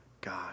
God